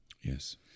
Yes